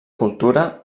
cultura